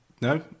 No